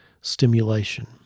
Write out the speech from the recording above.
stimulation